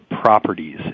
properties